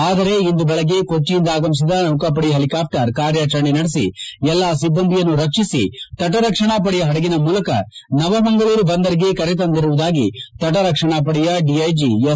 ಆದರೆ ಇಂದು ಬೆಳಿಗ್ಗೆ ಕೊಚ್ಚೆಯಿಂದ ಆಗಮಿಸಿದ ನೌಕಾಪಡೆಯ ಹೆಲಿಕಾಪ್ವರ್ ಕಾರ್ಯಾಚರಣೆ ನಡೆಸಿ ಎಲ್ಲ ಸಿಬ್ಬಂದಿಯನ್ನು ರಕ್ಷಿಸಿ ತಟರಕ್ಷಣಾ ಪಡೆಯ ಹಡಗಿನ ಮೂಲಕ ನವಮಂಗಳೂರು ಬಂದರಿಗೆ ಕರೆ ತಂದಿರುವುದಾಗಿ ತಟ ರಕ್ಷಣಾ ಪಡೆಯ ದಿಐಜಿ ಎಸ್